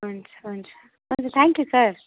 हुन्छ हुन्छ हजुर थेङ्क्यु सर